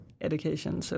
education